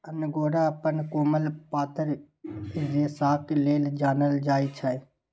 angora अपन कोमल पातर रेशाक लेल जानल जाइत छै